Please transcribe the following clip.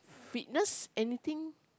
fitness anything